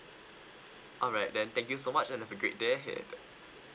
alright then thank you so much and have a great day ya